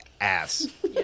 ass